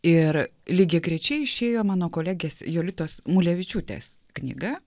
ir lygiagrečiai išėjo mano kolegės jolitos mulevičiūtės knyga